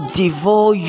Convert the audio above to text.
devour